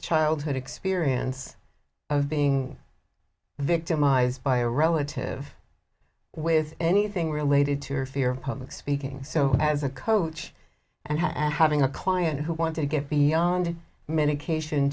childhood experience of being victimized by a relative with anything related to her fear of public speaking so as a coach and having a client who wanted to get beyond medication